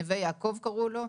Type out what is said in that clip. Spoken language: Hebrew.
נווה יעקב קראו לו.